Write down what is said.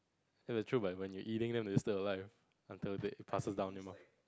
ya it is true but when you eating them it's still alive until they passes down your mouth